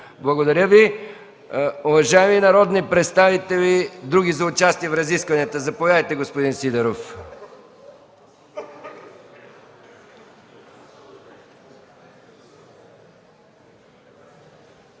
Благодаря Ви. Уважаеми народни представители, има ли други за участие в разискванията? Заповядайте, господин Сидеров.